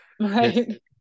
right